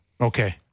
Okay